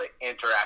interact